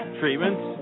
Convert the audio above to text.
treatments